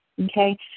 Okay